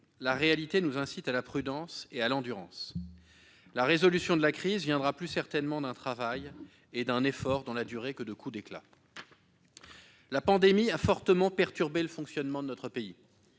la réalité nous incite à la prudence et à l'endurance. La résolution de la crise viendra plus certainement d'un travail et d'un effort dans la durée que de coups d'éclat. La pandémie a fortement perturbé le fonctionnement de notre pays.